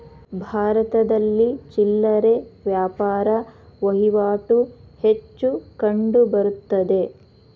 ಭಾರತದಲ್ಲಿ ಚಿಲ್ಲರೆ ವ್ಯಾಪಾರ ವಹಿವಾಟು ಹೆಚ್ಚು ಕಂಡುಬರುತ್ತದೆ